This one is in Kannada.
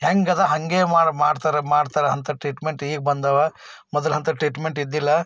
ಹೆಂಗಿದೆ ಹಂಗೇ ಮಾಡು ಮಾಡ್ತಾರೆ ಮಾಡ್ತಾರೆ ಅಂಥ ಟ್ರೀಟ್ಮೆಂಟ್ ಈಗ ಬಂದಿವೆ ಮೊದ್ಲು ಅಂಥ ಟ್ರೀಟ್ಮೆಂಟ್ ಇದ್ದಿಲ್ಲ